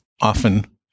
often